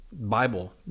Bible